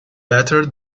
better